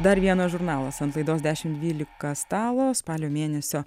dar vienas žurnalas ant laidos dešim dvylika stalo spalio mėnesio